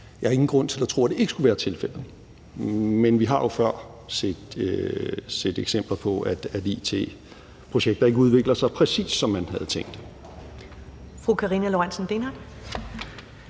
jeg ikke har grund til at tro, at det ikke skulle være tilfældet, men vi har jo før set eksempler på, at it-projekter ikke udvikler sig præcis, som man havde tænkt.